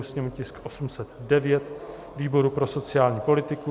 sněmovní tisk 809 výboru pro sociální politiku;